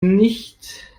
nicht